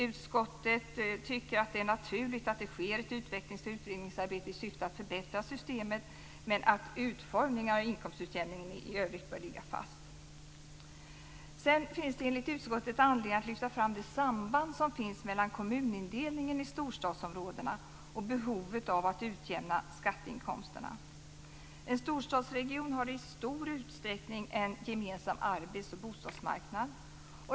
Utskottet tycker att det är naturligt att det sker ett utvecklings och utredningsarbete i syfte att förbättra systemet men att utformningen av inkomstutjämningen bör ligga fast. Det finns enligt utskottet anledning att lyfta fram det samband som finns mellan kommunindelningen i storstadsområdena och behovet av att utjämna skatteinkomsterna. En storstadsregion har i stor utsträckning en gemensam arbets och bostadsmarknad.